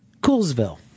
Coolsville